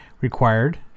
required